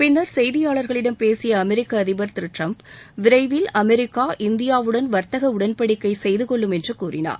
பின்னர் செய்தியாளர்களிடம் பேசிய அமெரிக்கா அதிபர் திருட்ரம்ப் விரைவில் அமெரிக்கா இந்தியாவுடன் வர்த்தக உடன்படிக்கை செய்து கொள்ளும் என்று கூறினார்